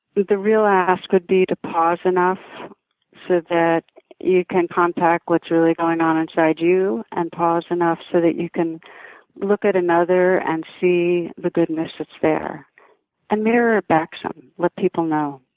the real ask would be to pause enough so that you can contact what's really going on inside you and pause enough so that you can look at another and see the goodness that's there and mirror back what people know.